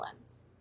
lens